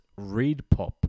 ReadPop